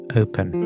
open